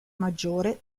maggiore